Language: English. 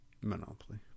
Monopoly